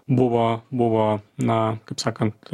buvo buvo na kaip sakant